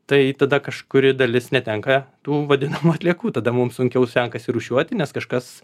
tai tada kažkuri dalis netenka tų vadinamų atliekų tada mum sunkiau sekasi rūšiuoti nes kažkas